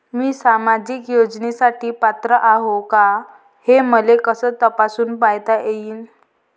मी सामाजिक योजनेसाठी पात्र आहो का, हे मले कस तपासून पायता येईन?